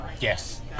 Yes